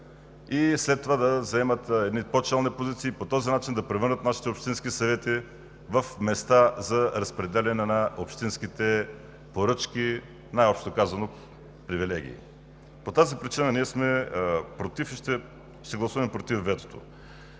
и след това да заемат едни по-челни позиции и по този начин да превърнат нашите общински съвети в места за разпределяне на общинските поръчки, най-общо казано – привилегии. По тази причина ние сме против и ще гласуваме „против“ ветото.